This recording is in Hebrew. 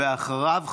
ואחריו,